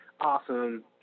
awesome